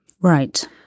Right